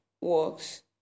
works